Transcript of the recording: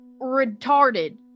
retarded